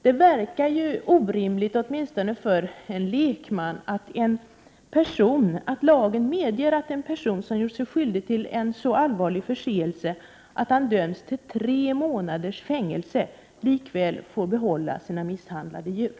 Det verkar ju orimligt åtminstone för en lekman att lagen medger att en person som gjort sig skyldig till en så allvarlig förseelse att han döms till tre månaders fängelse likväl får behålla sina misshandlade djur!